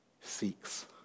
seeks